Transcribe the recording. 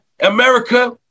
America